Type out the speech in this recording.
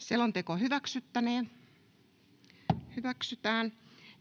Content: